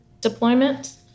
deployment